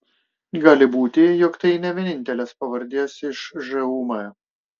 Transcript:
gali būti jog tai ne vienintelės pavardės iš žūm